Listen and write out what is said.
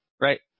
right